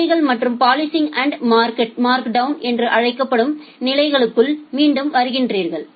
கொள்கைகள் மற்றும் policing and markdown என அழைக்கப்படும் நிலைகளுக்கு மீண்டும் வருகிறீர்கள்